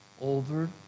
over